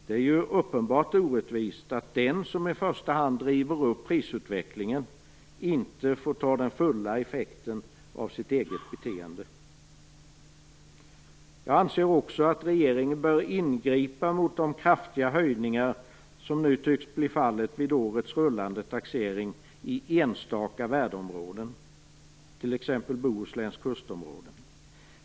Det är ju uppenbarligen orättvist att den som i första hand driver upp prisutvecklingen inte får ta den fulla effekten av sitt eget beteende. Jag anser också att regeringen bör ingripa mot de kraftiga höjningar som nu tycks bli fallet vid årets rullande taxering i enstaka värdeområden, t.ex. Bohusläns kustområden.